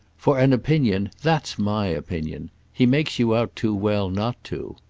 for an opinion that's my opinion. he makes you out too well not to.